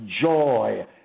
joy